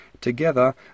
together